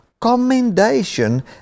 commendation